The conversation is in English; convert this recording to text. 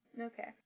Okay